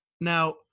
Now